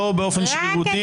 לא באופן שרירותי.